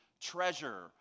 treasure